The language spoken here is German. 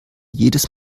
jedes